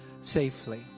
safely